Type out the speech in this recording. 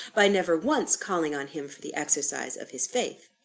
by never once calling on him for the exercise of his faith.